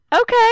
Okay